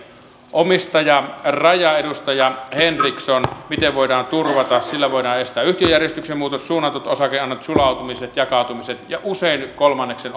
omistajaraja edustaja henriksson miten voidaan turvata sillä voidaan estää yhtiöjärjestyksen muutos suunnatut osakeannit sulautumiset jakautumiset ja usein kolmanneksen